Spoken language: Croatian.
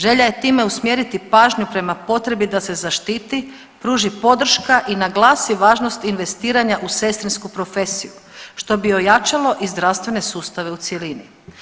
Želja je time usmjeriti pažnju prema potrebi da se zaštiti, pruži podrška i naglasi važnost investiranja u sestrinsku profesiju što bi ojačalo i zdravstvene sustave u cjelini.